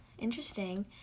Interesting